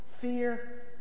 fear